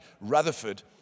Rutherford